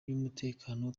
y’umutekano